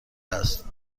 است